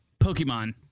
pokemon